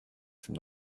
from